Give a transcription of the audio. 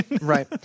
Right